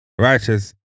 righteous